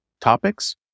topics